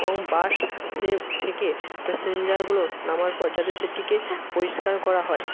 এবং বাস সেভ থেকে প্যাসেঞ্জারগুলো নামার পর যাতে সেটিকে পরিষ্কার করা হয়